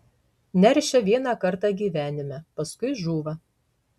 neršia vieną kartą gyvenime paskui žūva